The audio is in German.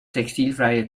textilfreie